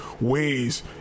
ways